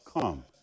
come